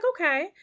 okay